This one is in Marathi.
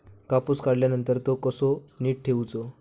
कापूस काढल्यानंतर तो कसो नीट ठेवूचो?